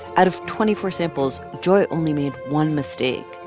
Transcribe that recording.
out of twenty four samples, joy only made one mistake.